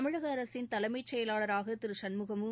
தமிழக அரசின் தலைமைச் செயலாளராக திரு சண்முகமும்